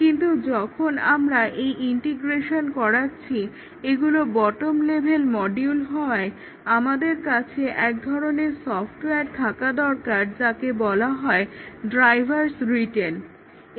কিন্তু যখন আমরা এই ইন্টিগ্রেশন করাচ্ছি এগুলো বটম লেভেল মডিউল হওয়ায় আমাদের কাছে এক ধরনের সফটওয়্যার থাকা দরকার যাকে বলা হয় ড্রাইভারস্ রিটেন drivers written